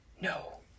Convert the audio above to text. No